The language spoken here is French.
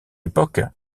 époque